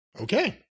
Okay